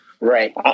Right